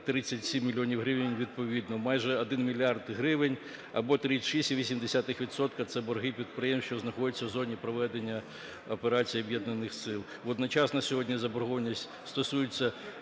437 мільйонів гривень, відповідно, майже 1 мільярд гривень, або 36,8 відсотка, це борги підприємств, що знаходяться в зоні проведення операції Об'єднаних сил. Водночас на сьогодні заборгованість стосується